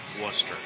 Worcester